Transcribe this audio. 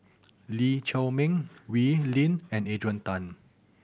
Lee Chiaw Meng Wee Lin and Adrian Tan